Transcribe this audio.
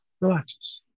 relaxes